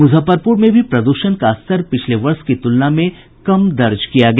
मुजफ्फरपुर में भी प्रदूषण का स्तर पिछले वर्ष की तुलना में कम दर्ज किया गया